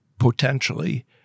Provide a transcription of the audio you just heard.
potentially